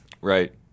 Right